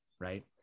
Right